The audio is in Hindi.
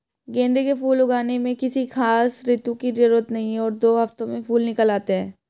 गेंदे के फूल उगाने में किसी खास ऋतू की जरूरत नहीं और दो हफ्तों में फूल निकल आते हैं